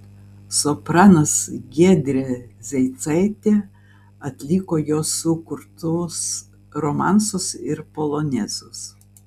sopranas giedrė zeicaitė atliko jo sukurtus romansus ir polonezus